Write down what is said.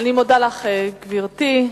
אני מודה לך, גברתי.